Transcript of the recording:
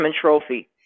Trophy